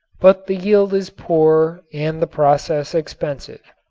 but the yield is poor and the process expensive.